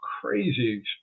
crazy